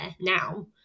now